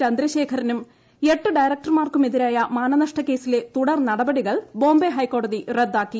ചന്ദ്രശേഖരനും എട്ട് ഡയറക്ടർമാർ ക്കുമെതിരായ മാനനഷ്ടക്കേസിലെ തുടർ നടപടികൾ ബോംബെ ഹൈക്കോടതി റദ്ദാക്കി